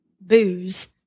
booze